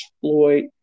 Floyd